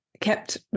kept